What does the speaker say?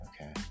Okay